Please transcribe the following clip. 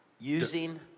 Using